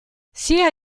sia